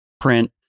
print